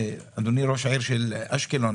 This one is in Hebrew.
אדוני ראש עיריית אשקלון,